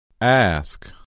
Ask